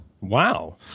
Wow